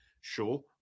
Sure